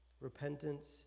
Repentance